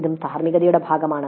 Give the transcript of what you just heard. ഇതും ധാർമ്മികതയുടെ ഭാഗമാണ്